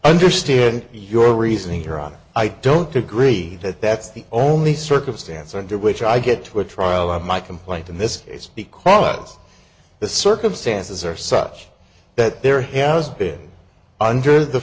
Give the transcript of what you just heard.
understand your reasoning here either i don't agree that that's the only circumstance under which i get to a trial of my complaint in this case because the circumstances are such that there has been under the